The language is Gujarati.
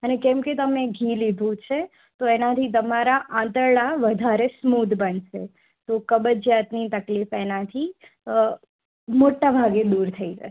અને કેમ કે તમને ઘી લીધું છે તો એનાથી તમારા આંતરડા વધારે સ્મૂધ બનશે તો કબજિયાતની તકલીફ એનાથી અ મોટા ભાગે દૂર થઇ જશે